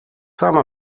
sama